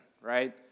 right